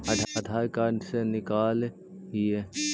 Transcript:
आधार card से निकाल हिऐ?